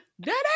Daddy